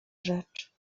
rzecz